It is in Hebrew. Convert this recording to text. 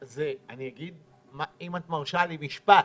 אם את מרשה לי, אגיד משפט.